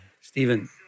Stephen